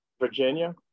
Virginia